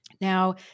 Now